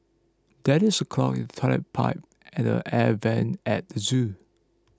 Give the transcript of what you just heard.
there is a clog in the Toilet Pipe and the Air Vents at the zoo